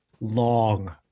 long